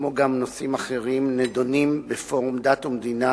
כמו גם נושאים אחרים, נדונים בפורום דת ומדינה